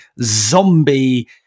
zombie